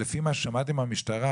לפי מה ששמעתי מהמשטרה,